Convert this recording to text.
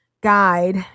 guide